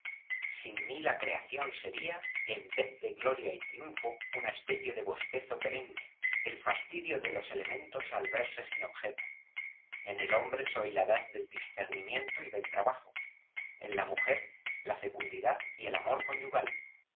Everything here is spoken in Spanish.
sin mí la creación sería en vez de gloria y triunfo una especie de bostezo perenne el fastidio de los elementheros tos al verse sin objeto en el hombre soy la edad del discernimiento y del trabajo en la mujer la fecundidad y el amor conyugal